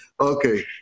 Okay